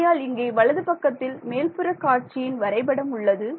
ஆகையால் இங்கே வலது பக்கத்தில் மேல்புற காட்சியின் வரைபடம் உள்ளது